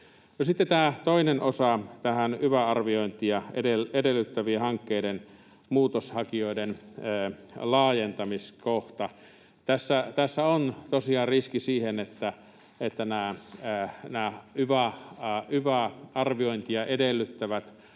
toinen osa: yva-arviointia edellyttävien hankkeiden muutoksenhakijoiden laajentamiskohta. Tässä on tosiaan riski siihen, että yva-arviointia edellyttävien